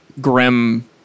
Grim